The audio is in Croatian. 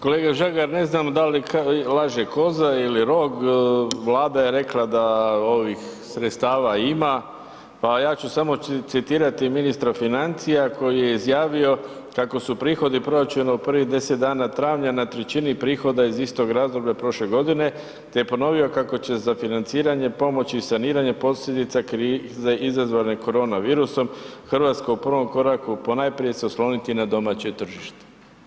Kolega Žagar, ne znam da li laže koza ili rog, Vlada je rekla da ovih sredstava ima, pa ja ću samo citirati ministra financija koji je izjavio kako su prihodi proračuna u prvih 10 dana travnja na trećini prihoda iz istog razdoblja prošle godine, te ponovio kako će za financiranje pomoći i saniranje posljedica kriza izazvane koronavirusom RH u prvom koraku ponajprije se osloniti na domaće tržište.